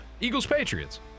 Eagles-Patriots